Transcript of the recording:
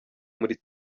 muri